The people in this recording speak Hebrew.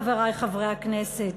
חברי חברי הכנסת,